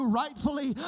rightfully